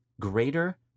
greater